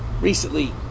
recently